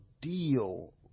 deal